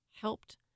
helped